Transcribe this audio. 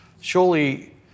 Surely